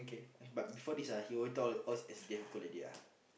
but before this ah he already tell all his S_C_D_F people already ah